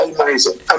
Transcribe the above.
amazing